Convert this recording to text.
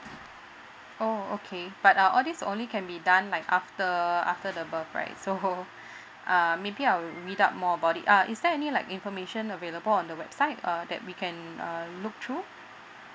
oh okay but uh all these only can be done like after after the birth right so uh maybe I will read up more about it uh is there any like information available on the website err that we can uh look through